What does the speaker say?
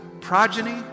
progeny